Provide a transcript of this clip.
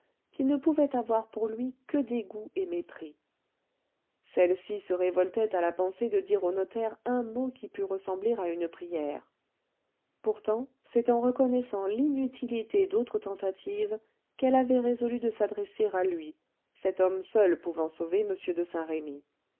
qui ne pouvait avoir pour lui que dégoût et mépris celle-ci se révoltait à la pensée de dire au notaire un mot qui pût ressembler à une prière pourtant c'est en reconnaissant l'inutilité d'autres tentatives qu'elle avait résolu de s'adresser à lui cet homme seul pouvant sauver m de saint-remy